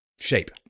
Shape